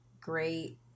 great